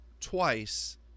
twice